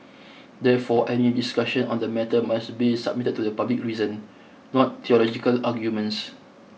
therefore any discussions on the matter must be submitted to the public reason not theological arguments